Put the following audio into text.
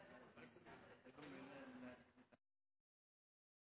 det kan